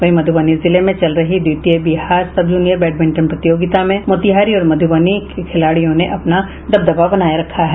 वहीं मधुबनी जिले में चल रही द्वितीय बिहार सब जूनियर बैडमिंटन प्रतियोगिता में मोतिहारी और मधुबनी की खिलाड़ियों ने अपना दबदबा बनाये रखा है